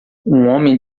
homem